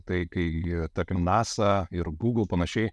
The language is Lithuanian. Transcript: tai kai tarkim nasa ir google panašiai